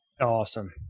Awesome